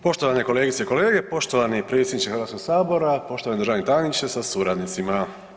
Poštovane kolegice i kolege, poštovani predsjedniče Hrvatskog sabora, poštovani državni tajniče sa suradnicima.